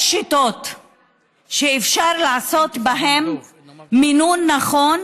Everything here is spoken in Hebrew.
יש שיטות שאפשר לעשות בהן מינון נכון